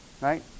Right